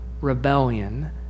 rebellion